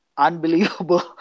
Unbelievable